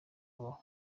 babaho